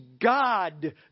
God